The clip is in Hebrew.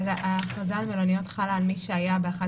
ההכרזה על מלוניות חלה על מי שהיה באחת